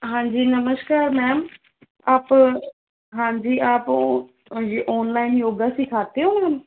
ਹਾਂਜੀ ਨਮਸਕਾਰ ਮੈਮ ਆਪ ਹਾਂਜੀ ਆਪ ਹਾਂਜੀ ਓਨਲਾਈਨ ਯੋਗਾ ਸੀਖਾਤੇ ਹੋ ਮੈਮ